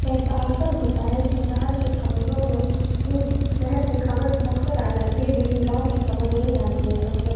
ऐसा अक्सर होता है कि सहर के ख़बरों में ही शहर की ख़बर अक्सर आ जाती है लेकिन गाँव की ख़बर नहीं आती है अक्सर